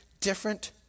different